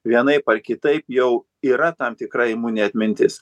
vienaip ar kitaip jau yra tam tikra imuninė atmintis